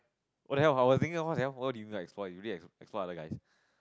what the hell I was thinking what[sia] you really export export other guys